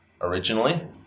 originally